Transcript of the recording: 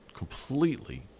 completely